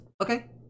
Okay